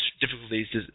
difficulties